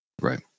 Right